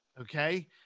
Okay